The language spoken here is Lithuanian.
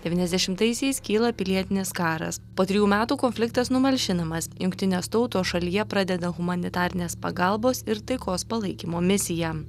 devyniasdešimtaisiais kyla pilietinis karas po trijų metų konfliktas numalšinamas jungtinės tautos šalyje pradeda humanitarinės pagalbos ir taikos palaikymo misiją